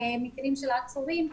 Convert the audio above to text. למקרים של עצורים,